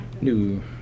New